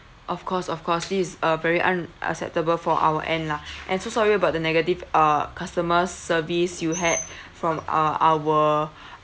of course of course this uh very unacceptable for our end lah I'm so sorry about the negative uh customer service you had from uh our